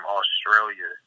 Australia